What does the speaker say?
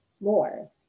more